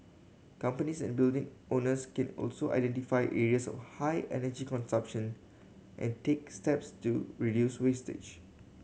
companies and building owners can also identify areas of high energy consumption and take steps to reduce usage